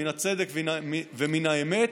מן הצדק ומן האמת.